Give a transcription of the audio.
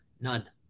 None